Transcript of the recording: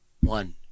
One